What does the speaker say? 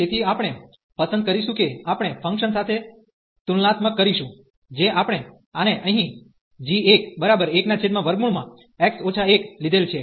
તેથી આપણે પસંદ કરીશું કે આપણે ફંકશન સાથે તુલનાત્મકકરીશું જે આપણે આને અહીં g11x 1 લીધેલ છે